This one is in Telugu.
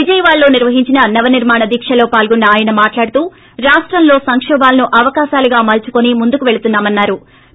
విజయవాడలో నిర్వహించిన నవ నిర్మాణ దీక్షలో పాల్గొన్న ఆయన మాట్లాడుతూ రాష్టంలో సంకోభాలను అవకాశాలుగా మలచుకోని ముందుకెళ్తున్నా మని అన్నారు